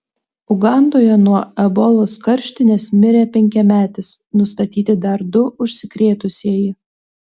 ugandoje nuo ebolos karštinės mirė penkiametis nustatyti dar du užsikrėtusieji